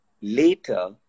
later